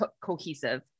cohesive